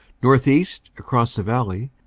northeast, across the valley,